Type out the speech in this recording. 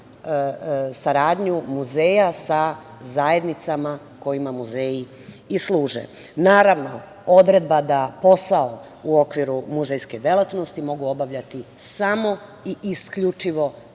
saradnju muzeja sa zajednicama kojima muzeji i služe. Naravno, odredba da posao u okviru muzejske delatnosti mogu obavljati samo i isključivo